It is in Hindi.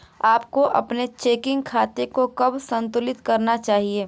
आपको अपने चेकिंग खाते को कब संतुलित करना चाहिए?